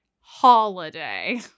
holiday